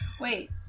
Wait